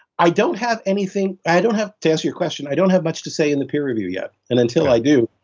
i don't have anything. anything. i don't have to answer your question. i don't have much to say in the peer review yet. and until i do,